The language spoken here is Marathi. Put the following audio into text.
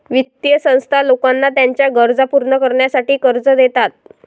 वित्तीय संस्था लोकांना त्यांच्या गरजा पूर्ण करण्यासाठी कर्ज देतात